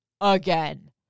again